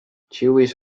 jewish